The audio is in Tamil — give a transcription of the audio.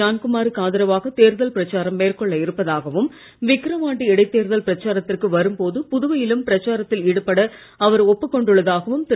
ஜான்குமாருக்கு ஆதரவாக தேர்தல் பிரச்சாரம் மேற்கொள்ள இருப்பதாகவும் விக்கரவாண்டி போது இடைத்தேர்தல் பிரச்சாரத்திற்கு வரும் புதுவையிலும் பிரச்சாரத்தில் ஈடுபட அவர் ஒப்புக் கொண்டுள்ளதாகவும் திரு